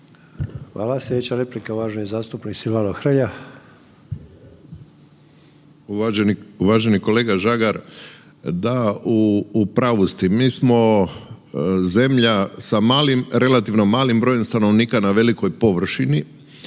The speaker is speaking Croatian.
Hvala. Slijedeća replika uvaženi zastupnik Silvano Hrelja. **Hrelja, Silvano (HSU)** Uvaženi kolega Žagar, da u pravu ste. Mi smo zemlja sa malim, relativno malim brojem stanovnika na velikoj površini